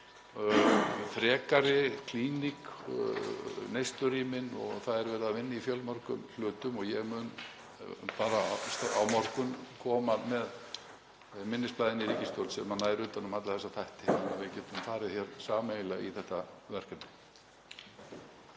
frekari klíník, neyslurými. Það er verið að vinna í fjölmörgum hlutum og ég mun bara á morgun koma með minnisblað inn í ríkisstjórn sem nær utan um alla þessa þætti og við getum farið hér sameiginlega í þetta verkefni.